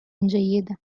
جيدة